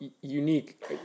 unique